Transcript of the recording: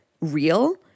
real